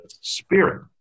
spirit